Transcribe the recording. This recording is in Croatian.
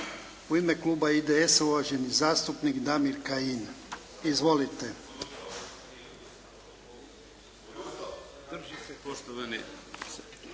U ime kluba IDS-a uvaženi zastupnik Damir Kajin. Izvolite.